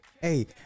hey